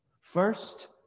First